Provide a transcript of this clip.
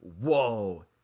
Whoa